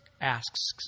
asks